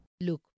Look